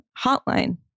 Hotline